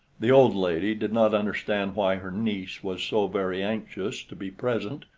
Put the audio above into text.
the old lady did not understand why her niece was so very anxious to be present,